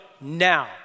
now